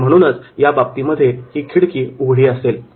आणि म्हणूनच या बाबतीमध्ये हि खिडकी उघडी असेल